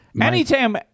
Anytime